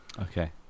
okay